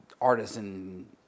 artisan